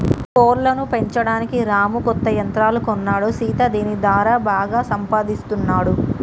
కోళ్లను పెంచడానికి రాము కొత్త యంత్రాలు కొన్నాడు సీత దీని దారా బాగా సంపాదిస్తున్నాడు